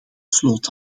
sloot